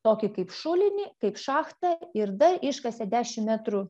tokį kaip šulinį kaip šachtą ir dar iškasė dešim metrų